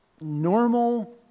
normal